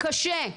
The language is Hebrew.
מאוד קשה.